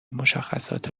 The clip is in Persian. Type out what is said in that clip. مشخصات